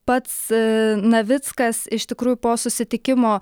pats navickas iš tikrųjų po susitikimo